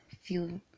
feel